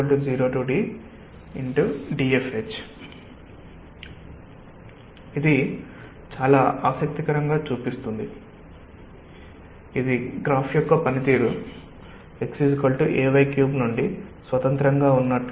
W sinpWdygWdy FHy0yDdFH ఇది చాలా ఆసక్తికరంగా చూపిస్తుంది ఇది గ్రాఫ్ యొక్క పనితీరు xay3నుండి స్వతంత్రంగా ఉన్నట్లు